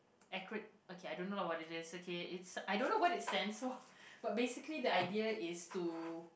acro~ okay I don't know what is it okay I don't know what it stands for so but basically the idea is to